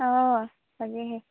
অঁ তাকেহে